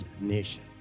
nation